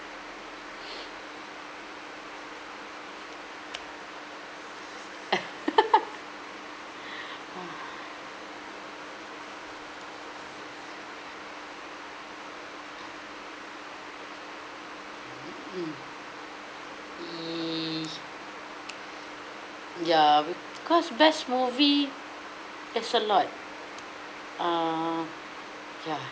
mm ya ya because best movie that's a lot uh ya